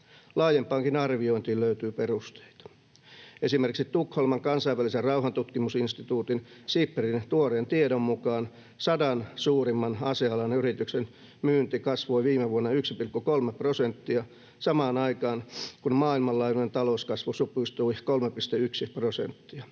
Laajempaankin arviointiin löytyy perusteita. Esimerkiksi Tukholman kansainvälisen rauhantutkimusinstituutin SIPRIn tuoreen tiedon mukaan 100 suurimman asealan yrityksen myynti kasvoi viime vuonna 1,3 prosenttia, samaan aikaan kun maailmanlaajuinen talouskasvu supistui 3,1 prosenttia,